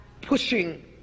pushing